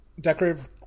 decorative